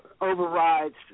overrides